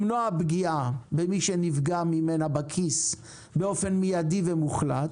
למנוע פגיעה במי שנפגע ממנה בכיס באופן מיידי ומוחלט,